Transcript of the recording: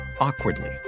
awkwardly